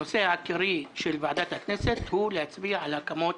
הנושא העיקרי של ועדת הכנסת הוא להצביע על הקמת